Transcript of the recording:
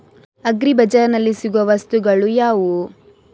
Agri ಬಜಾರ್ನಲ್ಲಿ ಸಿಗುವ ವಸ್ತುಗಳು ಯಾವುವು?